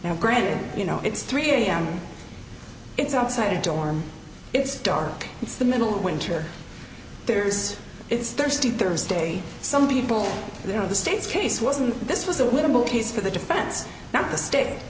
now granted you know it's three am it's outside a dorm it's dark it's the middle of winter there's it's thirsty thursday some people you know the state's case wasn't this was a winnable case for the defense not the state